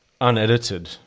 unedited